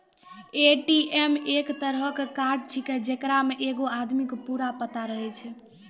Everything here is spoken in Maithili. ए.टी.एम एक तरहो के कार्ड छै जेकरा मे एगो आदमी के पूरा पता रहै छै